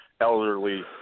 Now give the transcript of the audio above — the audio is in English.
elderly